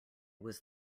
was